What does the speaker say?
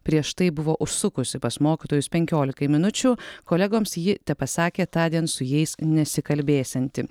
prieš tai buvo užsukusi pas mokytojus penkiolikai minučių kolegoms ji tepasakė tądien su jais nesikalbėsianti